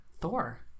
Thor